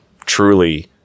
truly